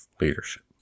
leadership